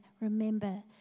remember